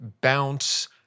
bounce